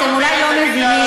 אתם אולי לא מבינים,